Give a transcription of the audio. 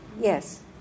Yes